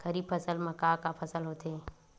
खरीफ फसल मा का का फसल होथे?